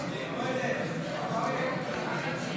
הסתייגות 2 לחלופין א לא נתקבלה.